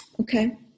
okay